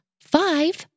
five